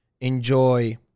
enjoy